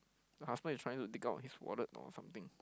her husband is trying to dig out his wallet or something